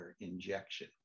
injection